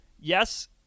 yes